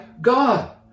God